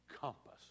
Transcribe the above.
compass